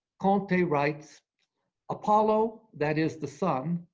conte writes apollo, that is, the sun,